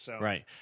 Right